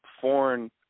foreign